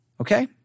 Okay